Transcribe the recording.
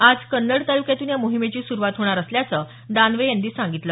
आज कन्नड तालुक्यातून या मोहिमेची सुरवात होणार असल्याचं दानवे यांनी सांगितलं